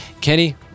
Kenny